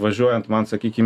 važiuojant man sakykim